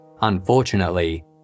Unfortunately